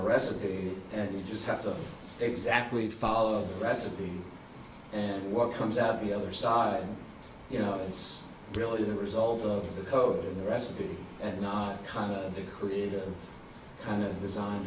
a recipe and you just have to exactly follow the recipe and what comes out the other side you know it's really the result of the code the recipe and not kind of the creative kind of design